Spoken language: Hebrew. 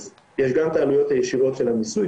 אז יש גם את העלויות הישירות של המיסוי,